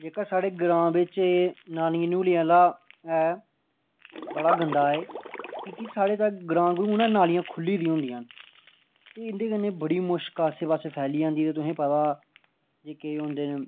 जेह्का साढ़े ग्रां बिच एह् नालियें नूलियें आह्ला ऐ बड़ा गंदा ऐ एह् क्योंकि साढ़े तां ग्रां ग्रुूं ना नालियां खु'ल्ली दियां होंदियां न ते इं'दे कन्नै बड़ी मुश्क आस्सै पास्सै फैली जंदी ते तुहेंगी पता एह् केह् होंदे